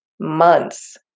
months